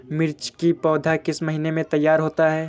मिर्च की पौधा किस महीने में तैयार होता है?